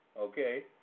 Okay